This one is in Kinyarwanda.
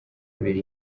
biri